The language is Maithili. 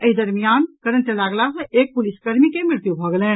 एहि दरमियान करंट लागला सॅ एक पुलिस कर्मी के मृत्यु भऽ गेलनि